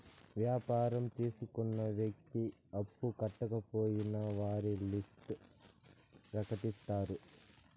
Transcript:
వ్యాపారం తీసుకున్న వ్యక్తి అప్పు కట్టకపోయినా వారి లిస్ట్ ప్రకటిత్తారు